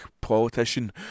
politician